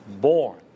born